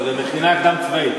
לא, זו מכינה קדם-צבאית.